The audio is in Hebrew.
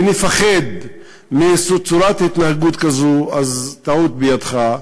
ונפחד מצורת התנהגות כזו, אז טעות בידך.